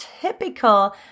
typical